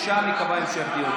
ושם ייקבע המשך דיון.